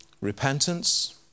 Repentance